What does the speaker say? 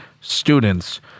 students